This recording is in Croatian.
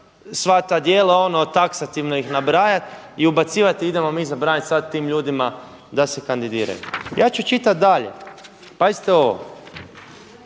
sva ta djela, ono, taksativno ih nabrajati i ubacivati, idemo mi zabraniti sad tim ljudima da se kandidiraju. Ja ću čitati dalje. Pazite ovo!